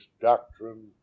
doctrine